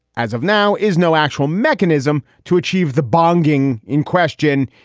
as of now, is no actual mechanism to achieve the bunging in question.